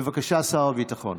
בבקשה, שר הביטחון.